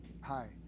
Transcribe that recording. Hi